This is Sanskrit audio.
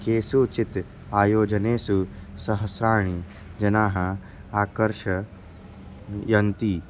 केषुचित् आयोजनेषु सहस्राणि जनाः आकर्षयन्ति